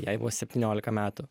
jai buvo septyniolika metų